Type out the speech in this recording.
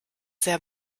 sehr